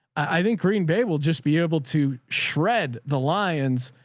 i think green bay will just be able to shred the lions.